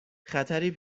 خطری